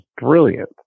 brilliant